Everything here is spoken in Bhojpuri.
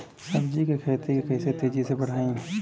सब्जी के खेती के कइसे तेजी से बढ़ाई?